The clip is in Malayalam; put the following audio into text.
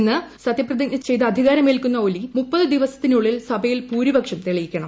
ഇന്ന് സത്യപ്രതിജ്ഞ ചെയ്ത് അധികാരമേൽക്കുന്ന ഒലി മുപ്പത് ദിവസത്തിനുള്ളിൽ സഭയിൽ ഭൂരിപക്ഷം തെളിയിക്കണം